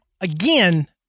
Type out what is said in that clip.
again